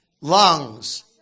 Lungs